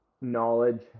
Knowledge